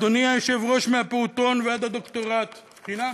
אדוני היושב-ראש, מהפעוטון ועד הדוקטורט, חינם.